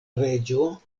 reĝo